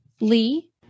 Lee